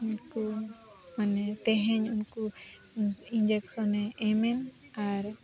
ᱩᱱᱠᱩ ᱢᱟᱱᱮ ᱛᱮᱦᱮᱧ ᱩᱱᱠᱩ ᱤᱧᱡᱮᱠᱥᱚᱱᱮ ᱮᱢᱮᱱ ᱟᱨ